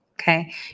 Okay